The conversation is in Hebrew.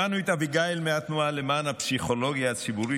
שמענו את אביגיל מהתנועה למען הפסיכולוגיה הציבורית